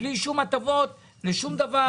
בלי שום הטבות ובלי שום דבר?